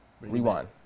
rewind